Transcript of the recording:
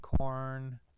corn